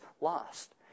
lost